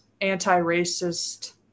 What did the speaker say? anti-racist